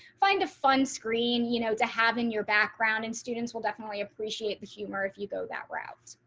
find a fun screen, you know, to have in your background and students will definitely appreciate the humor. if you go that route.